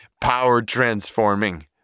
power-transforming